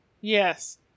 Yes